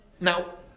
Now